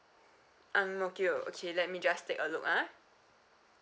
ang mo kio okay let me just take a look ah